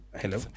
Hello